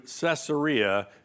Caesarea